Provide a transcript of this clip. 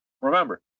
remember